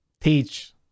teach